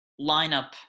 lineup